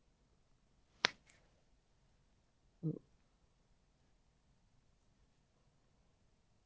mm